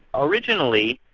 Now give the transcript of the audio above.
originally,